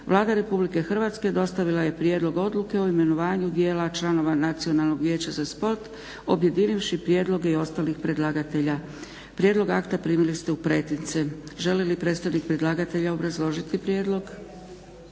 Vlada RH dostavila je prijedlog Odluke o imenovanju dijela članova nacionalnog vijeća za sport objedinivši prijedloge i ostalih predlagatelja. Prijedlog akta primili ste u pretince. Želi li predstavnik predlagatelja obrazložiti prijedlog?